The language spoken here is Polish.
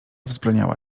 wzbraniała